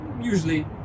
usually